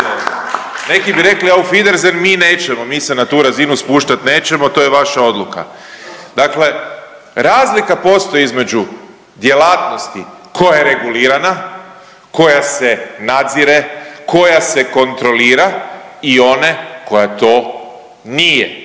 neki bi rekli auf wiedersehen. Mi nećemo, mi se na tu razinu spuštat nećemo, to je vaša odluka. Dakle, razlika postoji između djelatnosti koja je regulirana, koja se nadzire, koja se kontrolira i one koja to nije.